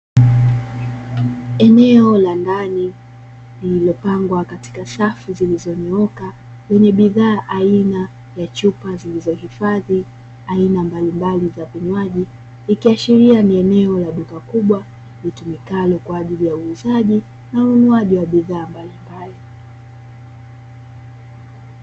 Eneo la ndani lililopangwa katika safu zilizonyooka lenye bidhaa aina ya chupa zilizohifadhi aina mbalimbali za vinywaji, ikiashiria ni eneo la duka kubwa litumikalo kwa ajili ya uuzaji na ununuaji wa bidhaa mbalimbali.